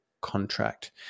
contract